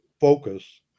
focus